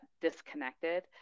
disconnected